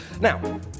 now